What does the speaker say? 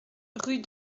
rue